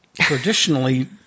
traditionally